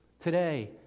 Today